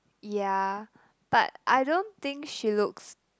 yeah but I don't think she looks